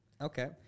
Okay